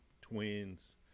twins